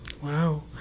Wow